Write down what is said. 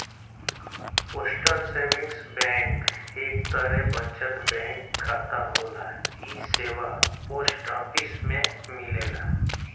postal saving bank एक तरे बचत बैंक खाता होला इ सेवा पोस्ट ऑफिस में मिलला